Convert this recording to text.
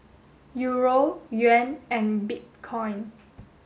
Euro Yuan and Bitcoin